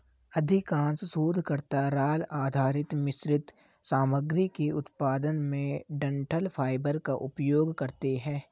अधिकांश शोधकर्ता राल आधारित मिश्रित सामग्री के उत्पादन में डंठल फाइबर का उपयोग करते है